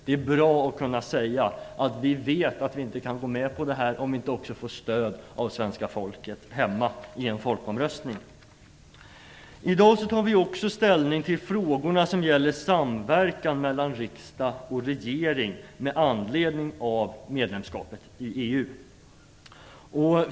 Det är bra att man då kan säga: Vi vet att vi inte kan gå med på detta om vi inte får stöd av det svenska folket i en folkomröstning. I dag tar vi också ställning till frågorna om samverkan mellan riksdag och regering med anledning av medlemskapet i EU.